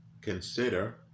consider